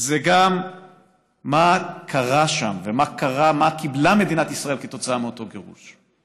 וזה גם מה קרה שם ומה קיבלה מדינת ישראל כתוצאה מאותו גירוש,